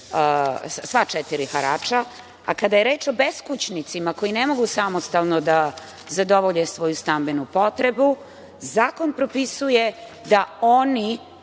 sva četiri harača, a kada je reč o beskućnicima koji ne mogu samostalno da zadovolje svoju stambenu potrebu, zakon propisuje da oni